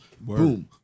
boom